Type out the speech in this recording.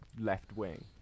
left-wing